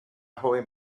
joven